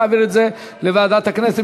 להעביר את זה לוועדת הכנסת.